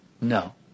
No